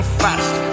fast